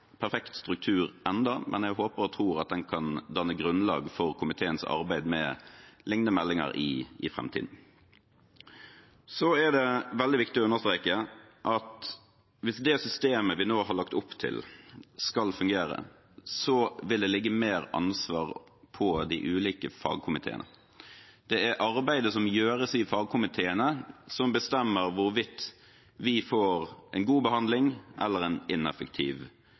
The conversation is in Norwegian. perfekt struktur ennå, men jeg håper og tror at det kan danne grunnlag for komiteens arbeid med liknende meldinger i framtiden. Videre er det veldig viktig å understreke at hvis det systemet vi nå har lagt opp til, skal fungere, vil det ligge mer ansvar på de ulike fagkomiteene. Det er arbeidet som gjøres i fagkomiteene, som bestemmer hvorvidt vi får en god behandling eller en ineffektiv